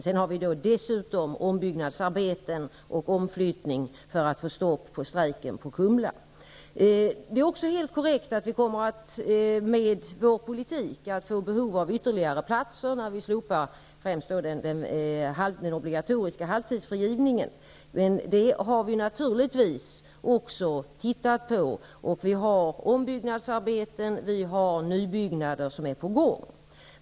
Sedan har vi dessutom ombyggnadsarbeten och omflyttning för att få stopp på strejken på Det är också korrekt att vi med vår politik kommer att få behov av ytterligare platser, framför allt när vi slopar den obligatoriska halvtidsfrigivningen. Det har vi naturligtvis också sett över. Det sker ombyggnadsarbeten och nybyggande är på gång.